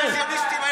מעמד, אפילו לא גובר.